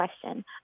question